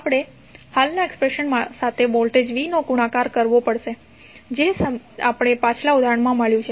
આપણે હાલના એક્સપ્રેશન સાથે વોલ્ટેજ v નો ગુણાકાર કરવો પડશે જે આપણને પાછલા ઉદાહરણમાં મળ્યું છે